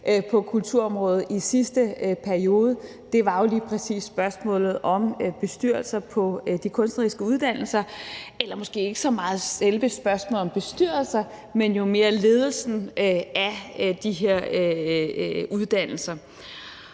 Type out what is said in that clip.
på kulturområdet i sidste periode, var lige præcis spørgsmålet om bestyrelser på de kunstneriske uddannelser – eller måske var det ikke så meget selve spørgsmålet om bestyrelser, men mere ledelsen af de her uddannelser.